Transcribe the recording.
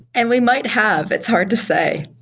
and we might have. it's hard to say.